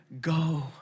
go